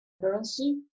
currency